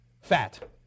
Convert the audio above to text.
fat